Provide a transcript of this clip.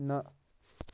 نَہ